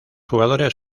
jugadores